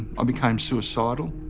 i became suicidal.